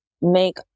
make